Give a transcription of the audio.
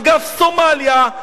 אגף סומליה,